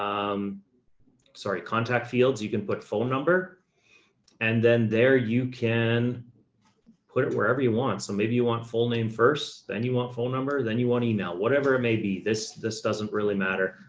i'm sorry, contact fields, you can put phone number and then there, you can put it wherever you want. so maybe you want full name first. then you want phone number. then you want email, whatever it may be, this, this doesn't really matter,